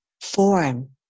form